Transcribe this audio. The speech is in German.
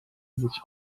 sich